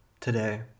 today